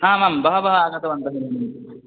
आमां बहवः आगतवन्तः